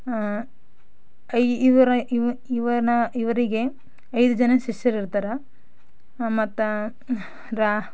ಆಂ ಐ ಇವರ ಇವನ ಇವರಿಗೆ ಐದು ಜನ ಶಿಷ್ಯರಿರ್ತಾರ ಮತ್ತು ರಾ